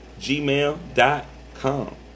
gmail.com